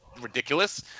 ridiculous